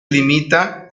limita